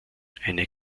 eine